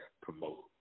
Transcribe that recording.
promote